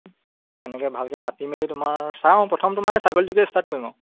এনেকৈ ভালকৈ পাতি মেলি তোমাৰ চাওঁ প্ৰথম তোমাৰ ছাগলীটোকে ষ্টাৰ্ট কৰিম আৰু